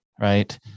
Right